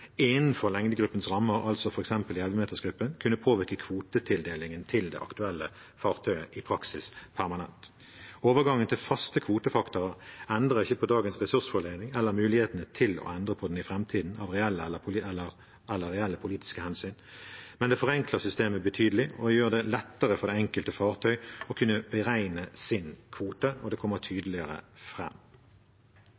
innenfor lengdegruppens rammer, altså f.eks. i ellevemetersgruppen, i praksis kunne påvirke kvotetildelingen til det aktuelle fartøyet permanent. Overgangen til faste kvotefaktorer endrer ikke på dagens ressursfordeling eller muligheten til å endre på den i framtiden av reelle eller politiske hensyn, men forenkler systemet betydelig og gjør det lettere for det enkelte fartøy å kunne beregne sin kvote, og den kommer